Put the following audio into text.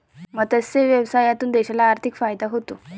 मत्स्य व्यवसायातून देशाला आर्थिक फायदा होतो